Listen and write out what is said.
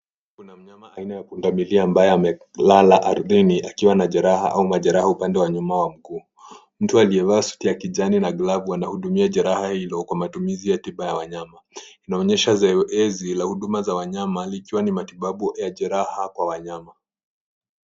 Kuna mnyama aina ya pundamilia ambaye amelala ardhini akiwa na jeraha au majeraha upande wa nyuma wa mguu. Mtu aliyevaa suti ya kijani na glavu anahudumiwa jeraha hilo kwa matumizi ya tiba ya wanyama. Inaonyesha enzi la huduma za wanyama likiwa ni matibabu ya jeraha kwa wanyama.